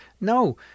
No